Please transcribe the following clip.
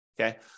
Okay